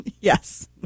Yes